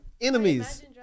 Enemies